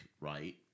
right